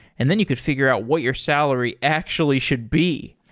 and then you could figure out what your salary actually should be.